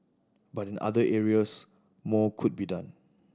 but in other areas more could be done